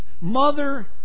mother